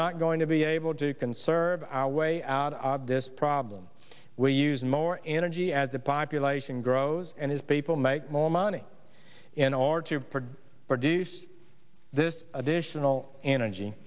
not going to be able to conserve our way out of this problem we'll use more energy as the population grows and his people make more money in order to produce produce this additional energy